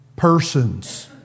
Persons